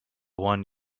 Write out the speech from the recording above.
one